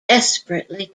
desperately